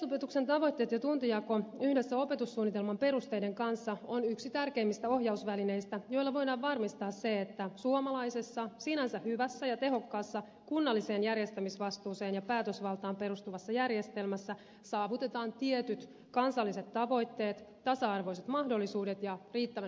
perusopetuksen tavoitteet ja tuntijako yhdessä opetussuunnitelman perusteiden kanssa on yksi tärkeimmistä ohjausvälineistä joilla voidaan varmistaa se että suomalaisessa sinänsä hyvässä ja tehokkaassa kunnalliseen järjestämisvastuuseen ja päätösvaltaan perustuvassa järjestelmässä saavutetaan tietyt kansalliset tavoitteet tasa arvoiset mahdollisuudet ja riittävän yhtenäinen laatu